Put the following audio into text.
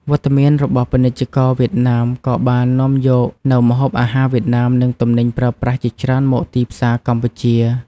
វត្តមានរបស់ពាណិជ្ជករវៀតណាមក៏បាននាំយកនូវម្ហូបអាហារវៀតណាមនិងទំនិញប្រើប្រាស់ជាច្រើនមកទីផ្សារកម្ពុជា។